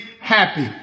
happy